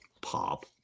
pop